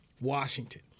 Washington